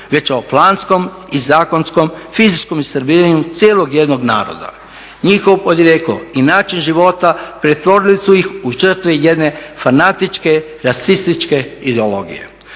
već o planskom i zakonskom fizičkom istrebljivanju cijelog jednog naroda. Njihovo podrijetlo i način života pretvorili su ih u žrtve jedne fanatične, rasističke ideologije.